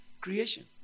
creation